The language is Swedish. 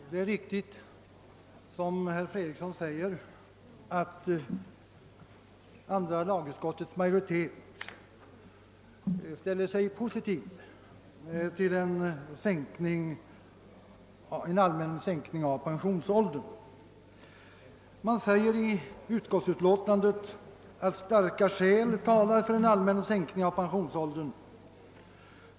Herr talman! Det är riktigt som herr Fredriksson säger att andra lagutskottets majoritet ställer sig positiv till en allmän sänkning av pensionsåldern. Man framhåller i utlåtandet att starka skäl talar för en allmän sänkning av pensionsåldern.